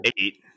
eight